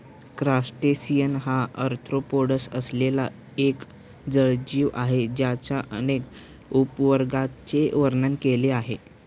crustacean हा arthropods असलेला एक जलजीव आहे ज्याच्या अनेक उपवर्गांचे वर्णन केले आहे